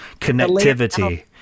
connectivity